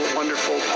wonderful